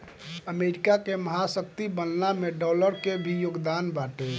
America के महाशक्ति बनला में डॉलर के ही योगदान बाटे